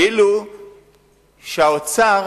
כאילו שהאוצר